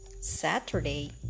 Saturday